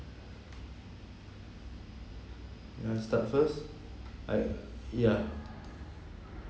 you wanna start first I ya